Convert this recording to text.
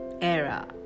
era